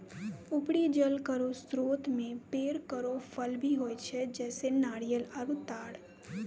उपरी जल केरो स्रोत म पेड़ केरो फल भी होय छै, जैसें नारियल आरु तार